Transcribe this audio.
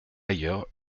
ailleurs